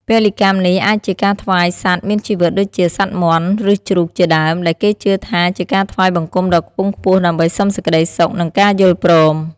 ពលីកម្មនេះអាចជាការថ្វាយសត្វមានជីវិតដូចជាសត្វមាន់ ឬជ្រូក ជាដើម ដែលគេជឿថាជាការថ្វាយបង្គំដ៏ខ្ពង់ខ្ពស់ដើម្បីសុំសេចក្តីសុខ និងការយល់ព្រម។